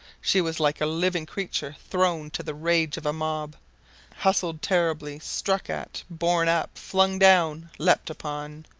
she was like a living creature thrown to the rage of a mob hustled terribly, struck at, borne up, flung down, leaped upon.